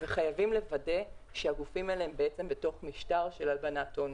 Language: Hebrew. וחייבים לוודא שהגופים האלה הם בעצם בתוך משטר של הלבנת הון.